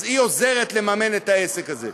אז היא עוזרת לממן את העסק הזה.